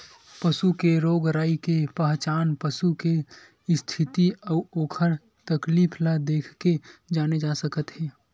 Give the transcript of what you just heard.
पसू के रोग राई के पहचान पसू के इस्थिति अउ ओखर तकलीफ ल देखके जाने जा सकत हे